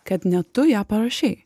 kad ne tu ją parašei